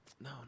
No